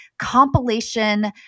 compilation